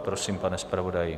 Prosím, pane zpravodaji.